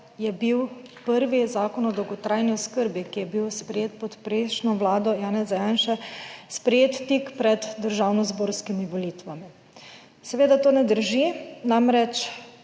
je bil prvi zakon o dolgotrajni oskrbi, ki je bil sprejet pod prejšnjo vlado Janeza Janše, sprejet tik pred državnozborskimi volitvami. Seveda to ne drži, namreč